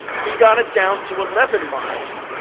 we got it down to eleven months.